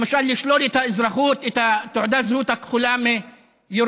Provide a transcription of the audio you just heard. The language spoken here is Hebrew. למשל לשלול את תעודת הזהות הכחולה מירושלמים,